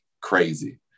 crazy